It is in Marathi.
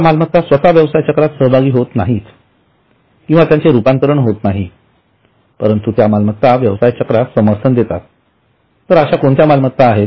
त्या मालमत्ता स्वतः व्यवसाय चक्रात सहभागी होत नाहीत किंवा त्यांचे रूपांतरण होत नाही परंतु त्या मालमत्ता व्यवसाय चक्रास समर्थन देतात तर अश्या कोणत्या मालमत्ता आहेत